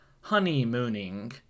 Honeymooning